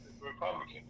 Republican